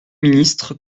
ministre